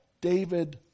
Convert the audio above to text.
David